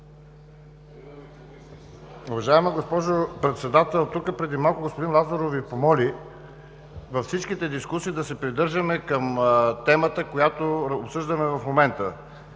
Уважаема госпожо Председател! Тук, преди малко, господин Лазаров Ви помоли във всичките дискусии да се придържаме към темата, която обсъждаме в момента.